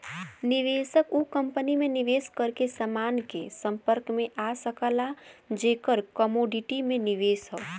निवेशक उ कंपनी में निवेश करके समान के संपर्क में आ सकला जेकर कमोडिटी में निवेश हौ